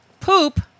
poop